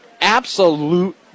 absolute